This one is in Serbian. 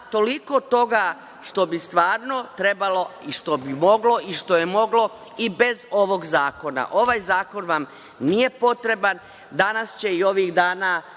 toliko toga što bi stvarno trebalo i što bi moglo i što je moglo i bez ovog zakona. Ovaj zakon vam nije potreban. Danas će i ovih dana